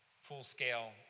full-scale